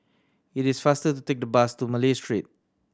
it is faster to take the bus to Malay Street